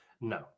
No